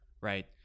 Right